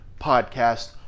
podcast